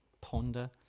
ponder